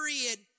period